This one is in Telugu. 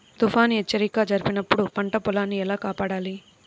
తుఫాను హెచ్చరిక జరిపినప్పుడు పంట పొలాన్ని ఎలా కాపాడాలి?